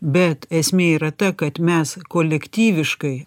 bet esmė yra ta kad mes kolektyviškai